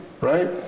right